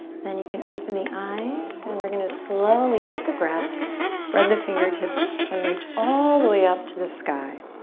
then you can open the eyes and we're gonna slowly with the breath spread the fingertips and reach all the way up to the sky.